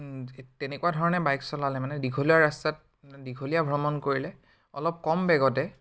তেনেকুৱা ধৰণে বাইক চলালে মানে দীঘলীয়া ৰাস্তাত মানে দীঘলীয়া ভ্ৰমণ কৰিলে অলপ কম বেগতে